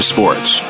Sports